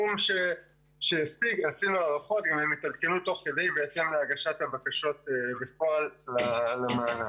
עשינו הערכות והתעדכנו תוך כדי הגשת הבקשות בפועל למענק.